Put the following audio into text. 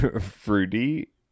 Fruity